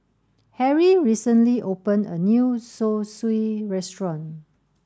Harry recently open a new Zosui restaurant